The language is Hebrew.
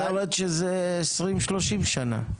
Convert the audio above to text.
זאת אומרת שזה 20 30 שנה.